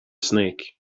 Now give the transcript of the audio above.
snake